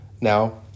Now